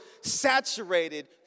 saturated